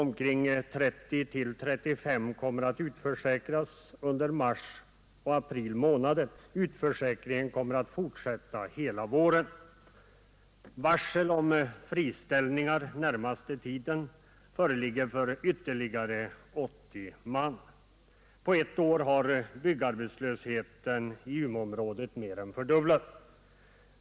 Mellan 30 och 35 kommer att utförsäkras under mars och april månader. Utförsäkringen kommer att fortsätta under hela våren. Varsel om friställningar den närmaste tiden har utfärdats för ytterligare 80 man. På ett år har byggarbetslösheten i Umeåområdet mer än fördubblats.